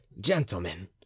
gentlemen